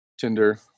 Tinder